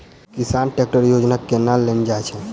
किसान ट्रैकटर योजना केना लेल जाय छै?